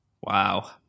Wow